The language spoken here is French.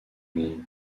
monde